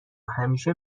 همیشه